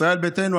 ישראל ביתנו,